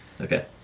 okay